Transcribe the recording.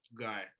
guy